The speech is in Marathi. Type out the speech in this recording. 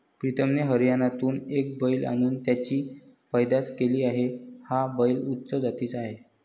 प्रीतमने हरियाणातून एक बैल आणून त्याची पैदास केली आहे, हा बैल उच्च जातीचा आहे